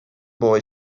boy